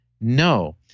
No